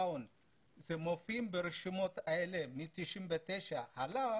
במחנות ומופיעים ברשימות האלה מ-1999 והלאה.